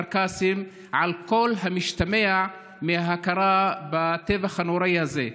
קאסם על כל המשתמע מההכרה בטבח הנוראי הזה.